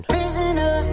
Prisoner